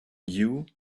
knew